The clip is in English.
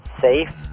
safe